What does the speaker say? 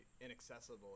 inaccessible